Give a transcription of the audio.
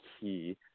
key